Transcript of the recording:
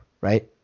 right